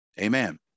Amen